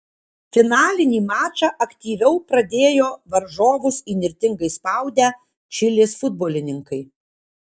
finalinį mačą aktyviau pradėjo varžovus įnirtingai spaudę čilės futbolininkai